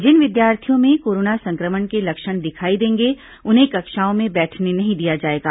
जिन विद्यार्थियों में कोरोना संक्रमण के लक्षण दिखाई देंगे उन्हें कक्षाओं में बैठने नहीं दिया जाएगा